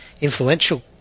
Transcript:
influential